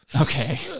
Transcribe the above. Okay